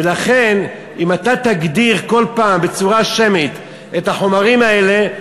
ולכן אם אתה תגדיר כל פעם בצורה שמית את החומרים האלה,